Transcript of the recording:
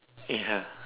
ya